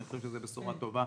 אני חושב שזו בשורה טובה.